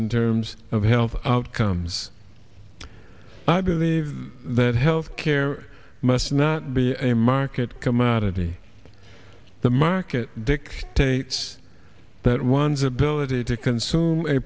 in terms of health outcomes i believe that health care must not be a market commodity the market dictates that one the ability to consume a